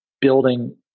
building